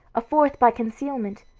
a fourth by concealment,